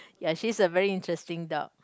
ya she's a very interesting dog